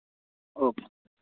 okay